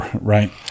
right